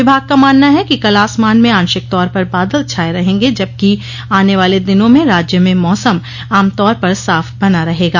विभाग का मानना है कि कल आसमान में आंशिक तौर पर बादल छाए रहेंगे जबकि आने वाले दिनो में राज्य में मौसम आमतौर पर साफ बना रहेगा